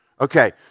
Okay